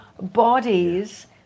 bodies